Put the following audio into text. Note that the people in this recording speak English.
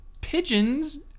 pigeons